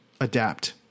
adapt